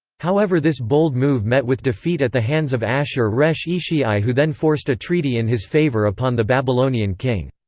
however this bold move met with defeat at the hands of ashur-resh-ishi i who then forced a treaty in his favour upon the babylonian king.